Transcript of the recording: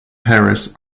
paris